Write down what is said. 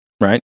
right